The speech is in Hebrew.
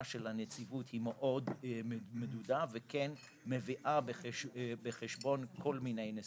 של הנציבות היא מאוד מדודה וכן מביאה בחשבון כל מיני נסיבות,